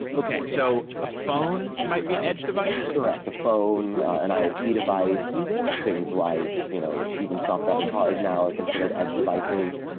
okay. so a phone might be an edge device? correct. the phone, an iot ah devise, things like you know even self-driving cars now are considered edge devices.